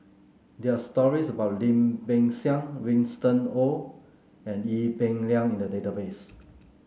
there are stories about Lim Peng Siang Winston Oh and Ee Peng Liang in the database